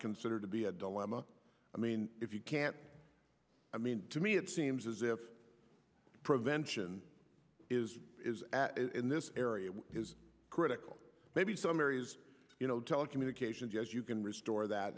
consider to be a dilemma i mean if you can't i mean to me it seems as if prevention is in this is critical maybe some areas you know telecommunications yes you can restore that